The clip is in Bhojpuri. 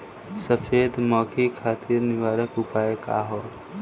सफेद मक्खी खातिर निवारक उपाय का ह?